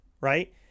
right